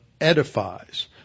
Edifies